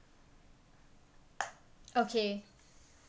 okay